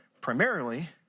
primarily